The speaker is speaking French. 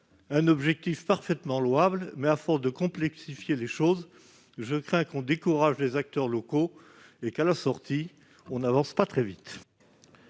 doute parfaitement louable. À force de complexifier les choses, je crains que l'on ne décourage les acteurs locaux et qu'à la sortie on n'avance pas très vite.